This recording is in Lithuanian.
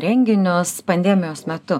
renginius pandemijos metu